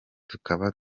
tukaba